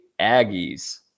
aggies